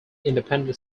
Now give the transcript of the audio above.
independent